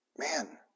Man